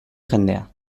jendea